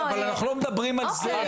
אבל אנחנו לא מדברים על זה.